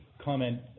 comment